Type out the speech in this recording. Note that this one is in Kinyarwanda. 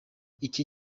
iki